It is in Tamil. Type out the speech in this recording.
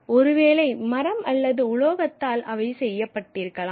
ஒருவேளை மரம் அல்லது உலோகத்தால் அவை செய்யப்பட்டிருக்கலாம்